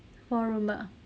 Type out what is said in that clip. four room ah